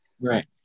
right